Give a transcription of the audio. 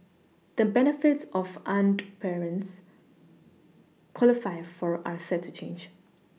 the benefits off unwed parents qualify for are set to change